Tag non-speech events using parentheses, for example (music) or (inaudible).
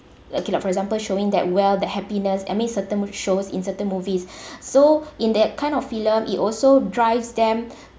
okay like for example showing that well the happiness I mean certain shows in certain movies (breath) so in that kind of film it also drives them